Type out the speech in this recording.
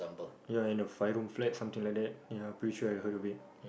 ya and a five room flat something like that ya pretty sure I heard of it